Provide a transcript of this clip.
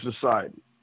society